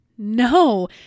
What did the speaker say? No